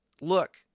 Look